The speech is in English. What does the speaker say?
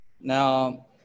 Now